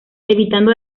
evitando